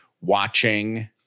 watching